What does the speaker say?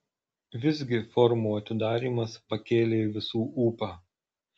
visgi forumo atidarymas pakėlė visų ūpą